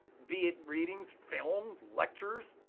be it readings, film, lectures,